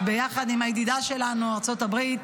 ביחד עם הידידה שלנו ארצות הברית,